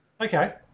Okay